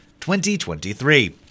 2023